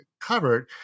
covered